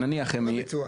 לא לביצוע.